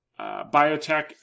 biotech